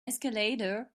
escalator